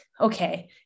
Okay